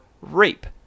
rape